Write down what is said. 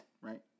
right